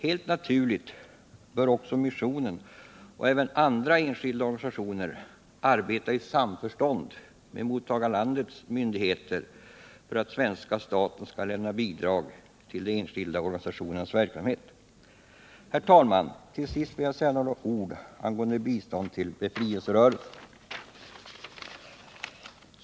Helt naturligt bör också missionen och andra enskilda organisationer arbeta i samförstånd med mottagarlandets myndigheter för att svenska staten skall lämna bidrag till de enskilda organisationernas verksamhet. Herr talman! Till sist vill jag säga några ord angående biståndet till befrielserörelser.